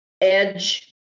Edge